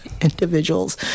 Individuals